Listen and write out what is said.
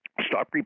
stop